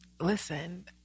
Listen